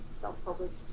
self-published